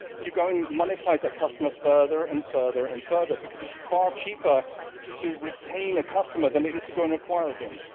you go and monetise that customer further and further and further because it's far cheaper to retain a customer, than it is to go and acquire again,